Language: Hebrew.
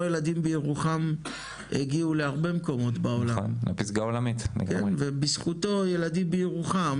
הילדים בירוחם הגיעו להרבה מקומות בעולם ובזכותו ילדים בירוחם